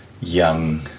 young